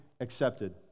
accepted